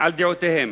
על דעותיהם.